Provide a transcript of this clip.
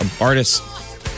Artists